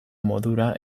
modura